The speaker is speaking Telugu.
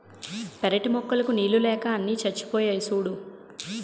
పెరటి మొక్కలకు నీళ్ళు లేక అన్నీ చచ్చిపోయాయి సూడూ